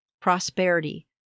prosperity